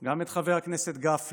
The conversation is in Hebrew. וגם את חבר הכנסת גפני